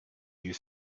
you